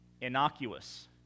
innocuous